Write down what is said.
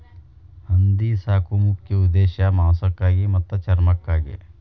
ಹಂದಿ ಸಾಕು ಮುಖ್ಯ ಉದ್ದೇಶಾ ಮಾಂಸಕ್ಕಾಗಿ ಮತ್ತ ಚರ್ಮಕ್ಕಾಗಿ